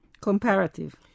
Comparative